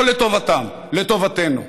לא לטובתם, לטובתנו.